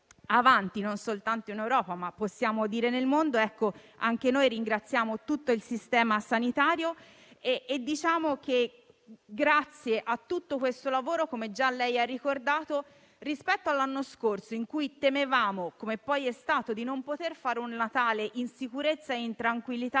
non soltanto in Europa, ma nel mondo. Anche noi ringraziamo tutto il sistema sanitario e diciamo che, grazie a tutto questo lavoro, come già lei ha ricordato, rispetto all'anno scorso in cui temevamo, come poi è stato, di non poter fare un Natale in sicurezza e in tranquillità,